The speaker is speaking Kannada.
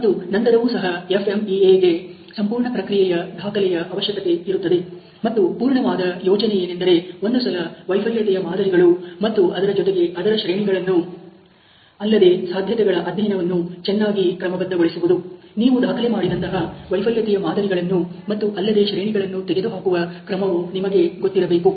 ಮತ್ತು ನಂತರವೂ ಸಹ FMEA ಗೆ ಸಂಪೂರ್ಣ ಪ್ರಕ್ರಿಯೆಯ ದಾಖಲೆಯ ಅವಶ್ಯಕತೆ ಇರುತ್ತದೆ ಮತ್ತು ಪೂರ್ಣವಾದ ಯೋಚನೆಯೆಂದರೆ ಒಂದು ಸಲ ವೈಫಲ್ಯತೆಯ ಮಾದರಿಗಳು ಮತ್ತು ಅದರ ಜೊತೆಗೆ ಅದರ ಶ್ರೇಣಿಗಳನ್ನು ಅಲ್ಲದೆ ಸಾಧ್ಯತೆಗಳ ಅಧ್ಯಯನವನ್ನು ಚೆನ್ನಾಗಿ ಕ್ರಮಬದ್ಧಗೊಳಿಸುವುದು ನೀವು ದಾಖಲೆ ಮಾಡಿದಂತಹ ವೈಫಲ್ಯತೆಯ ಮಾದರಿಗಳನ್ನು ಮತ್ತು ಅಲ್ಲದೆ ಶ್ರೇಣಿಗಳನ್ನು ತೆಗೆದುಹಾಕುವ ಕ್ರಮವು ನಿಮಗೆ ಗೊತ್ತಿರಬೇಕು